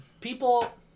People